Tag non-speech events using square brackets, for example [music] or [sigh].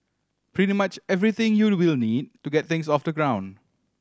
pretty much everything you [unintelligible] will need to get things off the ground